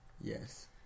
Yes